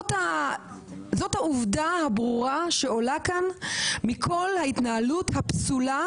זאת העובדה הברורה שעולה כאן מכל ההתנהלות הפסולה,